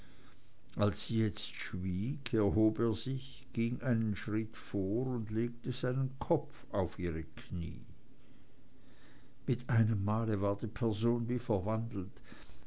als sie jetzt schwieg erhob er sich ging einen schritt vor und legte seinen kopf auf ihre knie mit einem male war die person wie verwandelt